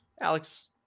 Alex